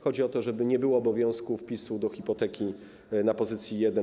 Chodzi o to, żeby nie było obowiązku wpisu do hipoteki na pozycji jeden.